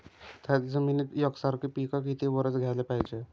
थ्याच जमिनीत यकसारखे पिकं किती वरसं घ्याले पायजे?